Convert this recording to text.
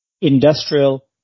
industrial